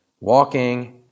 walking